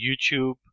YouTube